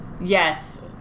Yes